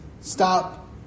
stop